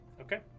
okay